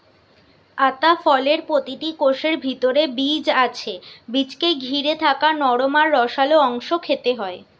আতা ফলের প্রতিটা কোষের ভিতরে বীজ আছে বীজকে ঘিরে থাকা নরম আর রসালো অংশ খেতে হয়